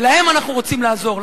ולהם אנחנו רוצים לעזור,